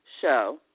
Show